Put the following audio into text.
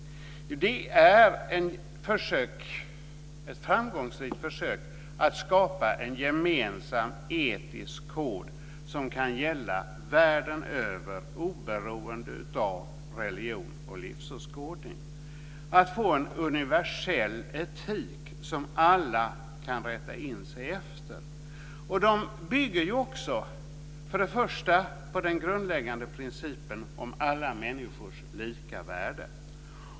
Jo, det är ett framgångsrikt försök att skapa en gemensam etisk kod som kan gälla världen över oberoende av religion och livsåskådning, att få en universell etik som alla kan rätta in sig efter. Rättigheterna bygger på den grundläggande principen om alla människors lika värde.